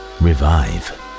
revive